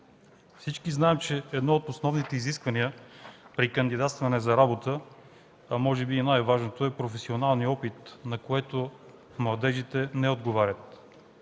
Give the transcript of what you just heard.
Всички знаем, че едно от основните изисквания при кандидатстване за работа, а може би и най-важното е професионалният опит, на което младежите на отговарят.